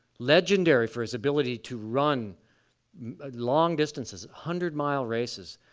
legendary for his ability to run long distances, hundred mile races.